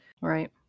Right